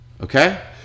okay